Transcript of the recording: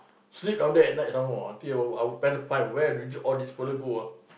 sleep down there at night some more till our parents find where do all these fellows go ah